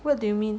what do you mean